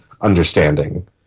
understanding